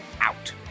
out